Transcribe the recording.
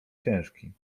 ciężki